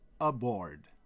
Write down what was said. aboard